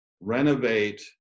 renovate